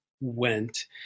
went